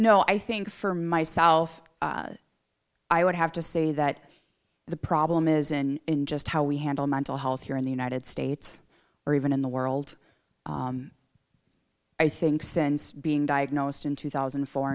no i think for myself i would have to say that the problem isn't just how we handle mental health here in the united states or even in the world i think since being diagnosed in two thousand